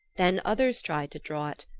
then others tried to draw it,